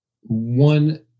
one